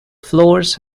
floors